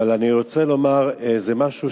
אבל אני רוצה לומר משהו,